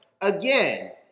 Again